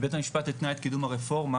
בית המשפט התנה את קידום הרפורמה